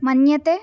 मन्यते